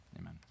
Amen